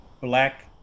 black